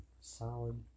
solid